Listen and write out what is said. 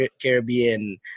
caribbean